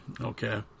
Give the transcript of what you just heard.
Okay